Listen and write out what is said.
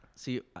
See